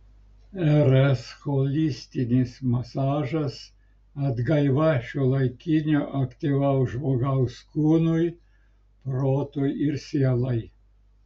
rs holistinis masažas atgaiva šiuolaikinio aktyvaus žmogaus kūnui protui ir sielai